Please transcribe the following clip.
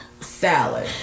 salad